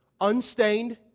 unstained